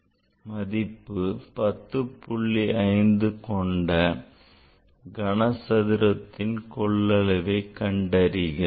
5 மதிப்பு கொண்ட கனசதுரத்தின் கொள்ளளவை கண்டறிகிறான்